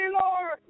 Lord